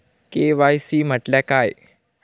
KYC म्हटल्या काय?